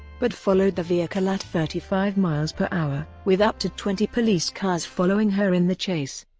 but followed the vehicle at thirty five mph, with up to twenty police cars following her in the chase.